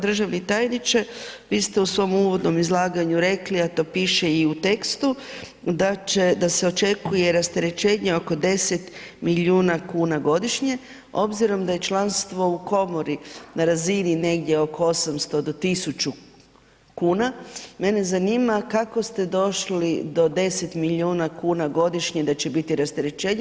Državni tajniče vi ste u svom uvodnom izlaganju rekli, a to pište i u tekstu, da se očekuje rasterećenje oko 10 milijuna kuna godišnje obzirom da je članstvo u komori na razini negdje oko 800 do 1.000 kuna, mene zanima kako ste došli do 10 milijuna kuna godišnje da će biti rasterećenje.